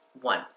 One